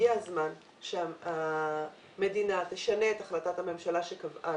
הגיע הזמן שהמדינה תשנה את החלטת הממשלה שקבעה,